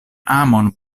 amon